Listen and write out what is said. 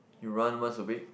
you run once a week